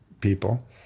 people